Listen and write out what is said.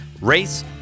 Race